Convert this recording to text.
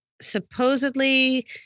supposedly